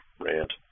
Rant